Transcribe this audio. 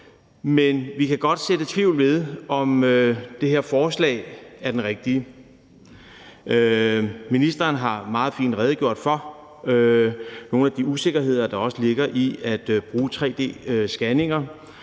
men vi kan godt være tvivlende over for, om det her forslag er det rigtige. Ministeren har meget fint redegjort for nogle af de usikkerheder, der ligger i at bruge tre-d-scanninger.